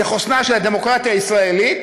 זה חוסנה של הדמוקרטיה הישראלית,